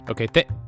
Okay